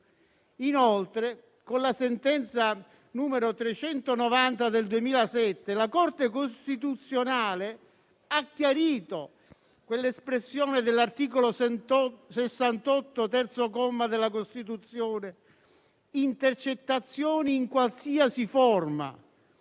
Inoltre, con la sentenza n. 390 del 2007 la Corte costituzionale ha chiarito che l'espressione dell'articolo 68, comma 3, della Costituzione, «intercettazioni, in qualsiasi forma»